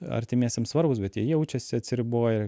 artimiesiems svarbūs bet jie jaučiasi atsiriboję